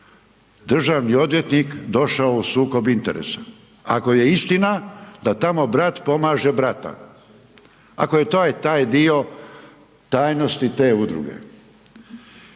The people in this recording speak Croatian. državni odvjetnik došao u sukob interesa, ako je istina da tamo brat pomaže brata, ako je to taj dio tajnosti te udruge.